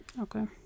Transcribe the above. Okay